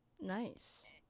nice